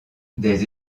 des